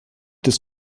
des